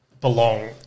Belong